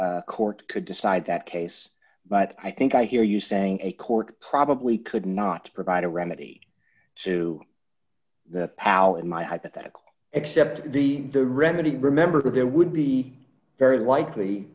court could decide that case but i think i hear you saying a court probably could not provide a remedy to the power in my hypothetical except the the remedy remember there would be very likely